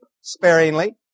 sparingly